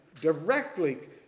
directly